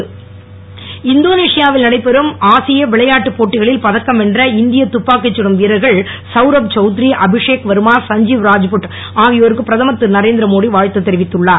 மோடி வாழ்த்து இந்தோனேசியாவில் நடைபெறும் ஆசிய விளையாட்டுப் போட்டிகளில் பதக்கம் வென்ற இந்திய துப்பாக்கி குடும் வீரர்கள் சவுரப் சௌத்ரி அபிஷேக் வர்மா சஞ்சிவ் ராத்புட் ஆகியோருக்கு பிரதமர் திரு நரேந்திரமோடி வாழ்த்து தெரிவித்துள்ளார்